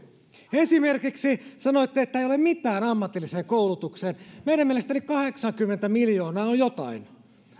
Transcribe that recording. esimerkiksi sanoitte että ei ole mitään ammatilliseen koulutukseen meidän mielestämme kahdeksankymmentä miljoonaa on jotain